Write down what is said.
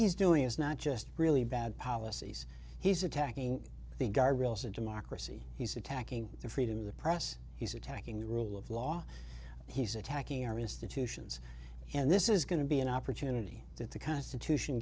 he's doing is not just really bad policies he's attacking the guardrails of democracy he's attacking the freedom of the press he's attacking the rule of law he's attacking our institutions and this is going to be an opportunity that the constitution